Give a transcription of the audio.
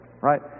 Right